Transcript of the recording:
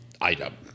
item